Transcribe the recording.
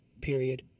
period